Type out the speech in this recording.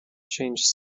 change